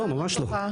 לא, ממש לא.